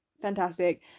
fantastic